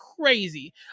crazy